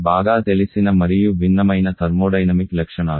బాగా తెలిసిన మరియు భిన్నమైన థర్మోడైనమిక్ లక్షణాలు